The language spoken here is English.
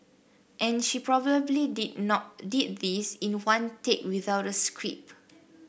and she probably did not did this in one take without a script